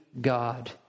God